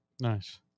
Nice